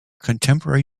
contemporary